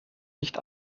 nicht